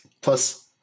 plus